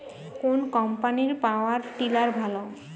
কোন কম্পানির power tiller ভালো?